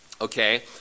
okay